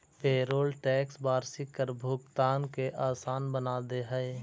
payroll tax वार्षिक कर भुगतान के असान बना दे हई